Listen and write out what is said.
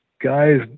guys